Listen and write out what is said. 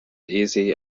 easy